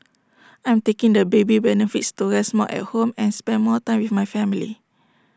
I'm taking the baby benefits to rest more at home and spend more time with my family